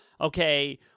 okay—